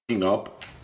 up